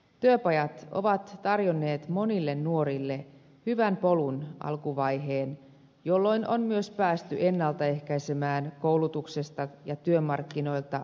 työpajat ovat tarjonneet monille nuorille hyvän polun alkuvaiheen jolloin on myös päästy ennalta ehkäisemään koulutuksesta ja työmarkkinoilta syrjäytymistä